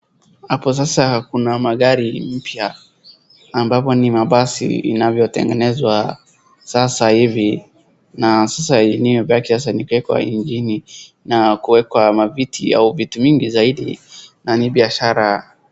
hapo sasa kuna magari mpya ambapo ni mabasi inavyotengenezwa sasa hivi. Na sasa yenye imebaki ni kuwekwa injini na kuwekwa maviti au vitu mingi zaidi na ni biashara.